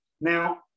Now